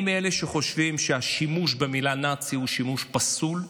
אני מאלה שחושבים שהשימוש במילה "נאצי" הוא שימוש פסול.